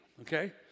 okay